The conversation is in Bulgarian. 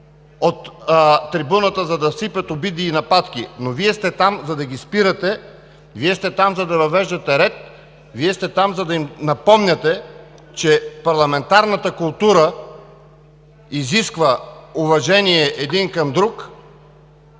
от нея, за да сипят обиди и нападки. Но Вие сте там, за да ги спирате, Вие сте там, за да въвеждате ред, за да им напомняте, че парламентарната култура изисква уважение един към друг